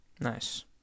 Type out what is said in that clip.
Nice